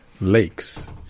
lakes